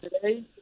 today